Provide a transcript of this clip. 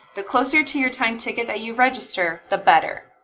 the closer to your time ticket that you register, the better.